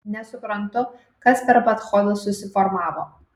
nesuprantu kas per padchodas susiformavo